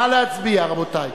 נא להצביע, רבותי.